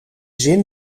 zin